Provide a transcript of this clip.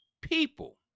people